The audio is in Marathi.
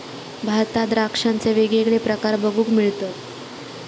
भारतात द्राक्षांचे वेगवेगळे प्रकार बघूक मिळतत